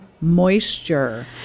moisture